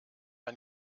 ein